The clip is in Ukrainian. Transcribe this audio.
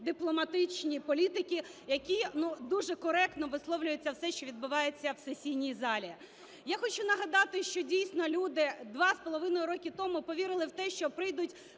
дипломатичні політики, які дуже коректно висловлюються, все, що відбувається в сесійній залі. Я хочу нагадати, що, дійсно, люди два з половиною роки тому повірили в те, що прийдуть